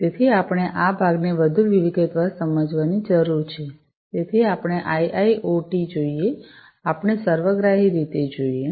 તેથી આપણે આ ભાગને વધુ વિગતવાર સમજવાની જરૂર છે તેથી આપણે આઈઆઈઑટી જોઈએ આપણે સર્વગ્રાહી રીતે જોઈએ